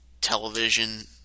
television